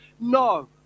no